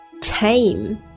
Tame